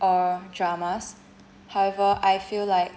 or dramas however I feel like